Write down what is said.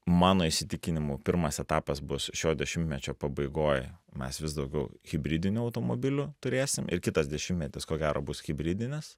mano įsitikinimu pirmas etapas bus šio dešimtmečio pabaigoj mes vis daugiau hibridinių automobilių turėsim ir kitas dešimtmetis ko gero bus hibridinis